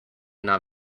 not